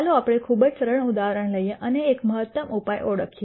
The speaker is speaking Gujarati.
ચાલો આપણે ખૂબ જ સરળ ઉદાહરણ લઈએ અને એક મહત્તમ ઉપાય ઓળખીએ